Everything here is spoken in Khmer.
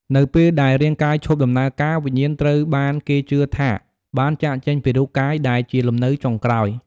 នៅពេលដែលរាង្គកាយឈប់ដំណើរការវិញ្ញាណត្រូវបានគេជឿថាបាន ចាកចេញពីរូបកាយ ដែលជាលំនៅចុងក្រោយ។